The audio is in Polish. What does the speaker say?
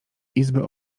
izby